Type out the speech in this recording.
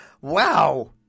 Wow